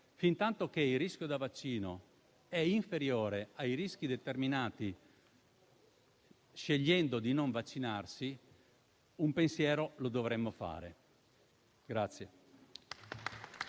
fintanto il rischio da vaccino è inferiore ai rischi determinati scegliendo di non vaccinarsi, un pensiero lo dovremmo fare.